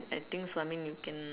I think something you can